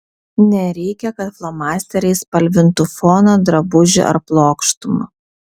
nereikia kad flomasteriais spalvintų foną drabužį ar plokštumą